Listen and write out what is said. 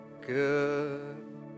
good